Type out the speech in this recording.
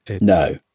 No